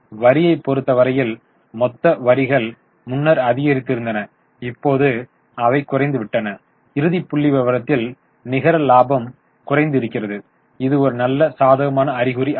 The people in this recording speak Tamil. வரியை பொறுத்தவரையில் மொத்த வரிகள் முன்னர் அதிகரித்தன இப்போது அவை குறைந்துவிட்டன இறுதி புள்ளிவிவரத்தில் நிகர லாபமும் குறைந்து இருக்கிறது இது ஒரு நல்ல சாதகமான அறிகுறி அல்ல